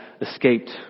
escaped